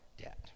debt